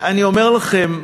אני אומר לכם,